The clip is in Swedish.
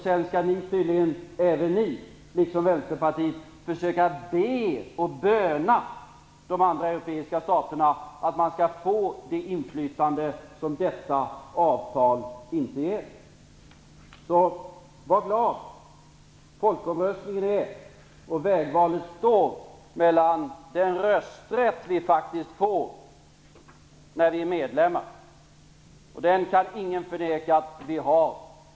Sedan skall ni tydligen, liksom Vänsterpartiet, försöka böna och be de andra europeiska staterna om det inflytande som detta avtal inte ger. Var alltså glad! Folkomröstningen och vägvalet handlar om den rösträtt vi faktiskt får när vi är medlemmar, och den kan ingen förneka att vi har.